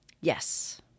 Yes